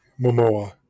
Momoa